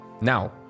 Now